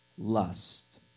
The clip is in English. lust